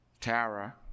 Tara